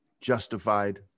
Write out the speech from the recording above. justified